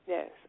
Yes